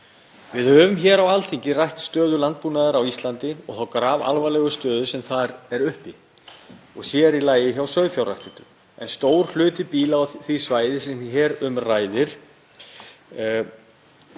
Við höfum hér á Alþingi rætt stöðu landbúnaðar á Íslandi og þá grafalvarlegu stöðu sem þar er uppi og sér í lagi í sauðfjárrækt en stór hluti býla á því svæði sem hér um ræðir